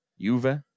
Juve